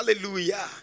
Hallelujah